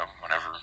whenever